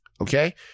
Okay